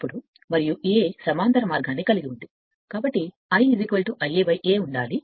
అప్పుడు మరియు అనేక సమాంతర మార్గాన్ని కలిగి ఉంది కాబట్టి I Ia Aగా ఉండాలి